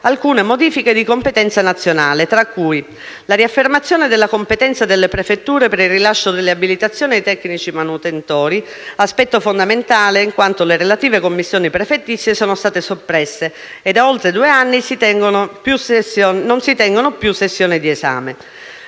alcune modifiche di competenza nazionale, tra cui: la riaffermazione della competenza delle prefetture per il rilascio delle abilitazioni ai tecnici manutentori, aspetto fondamentale in quanto le relative commissioni prefettizie sono state soppresse e da oltre due anni non si tengono più sessioni di esame;